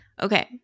Okay